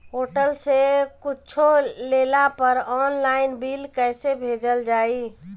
Hotel से कुच्छो लेला पर आनलाइन बिल कैसे भेजल जाइ?